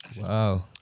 Wow